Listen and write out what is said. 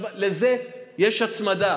לזה יש הצמדה.